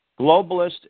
globalist